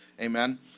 Amen